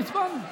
הצבענו.